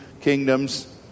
kingdoms